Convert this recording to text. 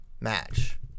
match